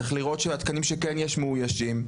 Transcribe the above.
צריך לראות שהתקנים שכן יש מאוישים.